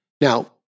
Now